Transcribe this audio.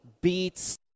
beats